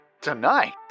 Tonight